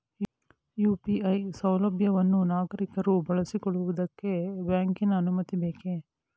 UPI ಸೌಲಭ್ಯವನ್ನು ನಾಗರಿಕರು ಬಳಸಿಕೊಳ್ಳುವುದಕ್ಕೆ ಬ್ಯಾಂಕಿನ ಅನುಮತಿ ಬೇಕೇ?